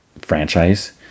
franchise